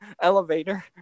elevator